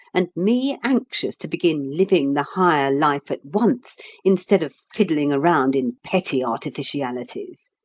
and me anxious to begin living the higher life at once instead of fiddling around in petty artificialities.